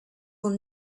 will